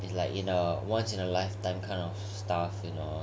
it's like in a once in a lifetime kind of stuff you know